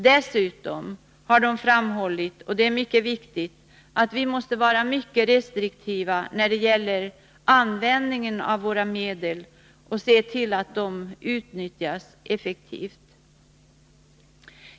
Dessutom har de framhållit — och det är viktigt — att vi måste vara mycket restriktiva när det gäller användningen av våra medel och se till att de utnyttjas effektivt.